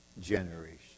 generation